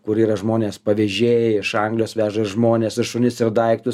kur yra žmonės pavežėjai iš anglijos veža ir žmones ir šunis ir daiktus